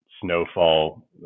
snowfall